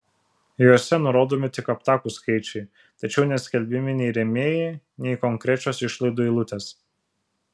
jose nurodomi tik aptakūs skaičiai tačiau neskelbiami nei rėmėjai nei konkrečios išlaidų eilutės